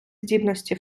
здібності